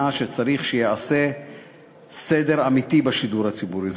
שצריך שייעשה סדר אמיתי בשידור הציבורי.